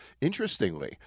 Interestingly